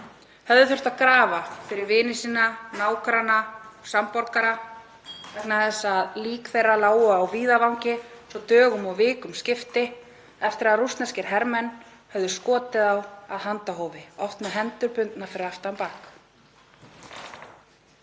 höfðu þurft að grafa fyrir vini sína, nágranna og samborgara vegna þess að lík þeirra lágu á víðavangi svo dögum og vikum skipti eftir að rússneskir hermenn höfðu skotið þá af handahófi, opnar hendur bundnar fyrir aftan bak.